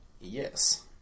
Yes